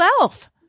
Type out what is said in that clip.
elf